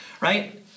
Right